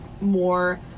more